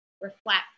reflect